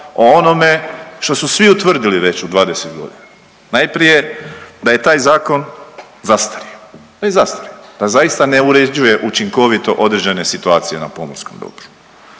o onome što su svi utvrdili već u 20 godina. Najprije da je taj zakon zastario, on je zastario, da zaista ne uređuje učinkovito određene situacije na pomorskom dobru,